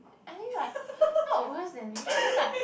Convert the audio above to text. I mean like not worse than me I mean like